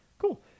Cool